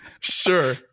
Sure